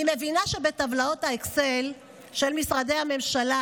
אני מבינה שבטבלאות האקסל של משרדי הממשלה